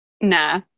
nah